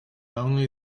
only